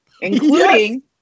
including